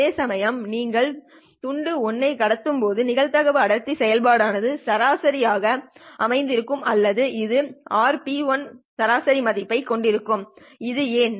அதேசமயம் நீங்கள் துண்டு 1 ஐ கடத்தும் போது நிகழ்தகவு அடர்த்தி செயல்பாடு ஆனது சராசரி ஆக அமைந்திருக்கும் அல்லது இது RP1r ன் சராசரி மதிப்பைக் கொண்டிருக்கும் இது ஏன்